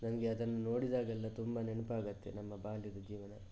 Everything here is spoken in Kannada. ನನಗೆ ಅದನ್ನು ನೋಡಿದಾಗಲೆಲ್ಲ ತುಂಬ ನೆನಪಾಗತ್ತೆ ನಮ್ಮ ಬಾಲ್ಯದ ಜೀವನ